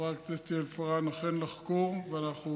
חברת הכנסת יעל פארן, אכן לחקור, ואנחנו